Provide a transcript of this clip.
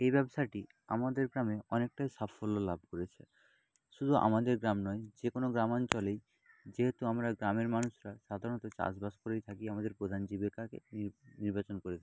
এই ব্যবসাটি আমাদের গ্রামে অনেকটাই সাফল্য লাভ করেছে শুধু আমাদের গ্রাম নয় যে কোনো গ্রাম অঞ্চলেই যেহেতু আমরা গ্রামের মানুষরা সাধারণত চাষবাস করেই থাকি আমাদের প্রধান জীবিকাকে নির্বাচন করে থাকি